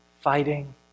fighting